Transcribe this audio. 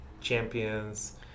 champions